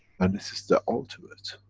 and this is the ultimate.